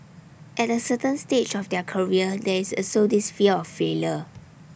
at A certain stage of their career there is also this fear of failure